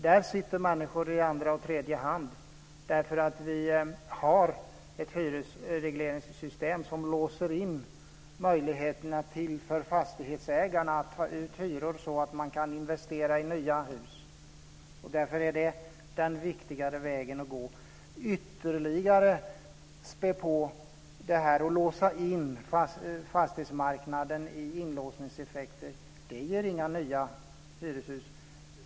Där sitter människor i andra och tredje hand, därför att vi har ett hyresregleringssystem som låser in fastighetsägarnas möjligheter att ta ut hyror så att de kan investera i nya hus. Därför är det den viktigare vägen att gå. Att ytterligare spä på det här med inlåsningseffekter för fastighetsmarknaden ger inga nya hyreshus.